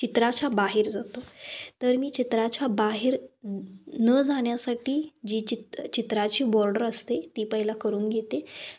चित्राच्या बाहेर जातो तर मी चित्राच्या बाहेर न जाण्यासाठी जी चित चित्राची बॉर्डर असते ती पहिला करून घेते